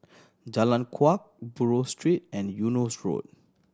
Jalan Kuak Buroh Street and Eunos Road